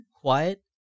quiet